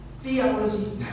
Theology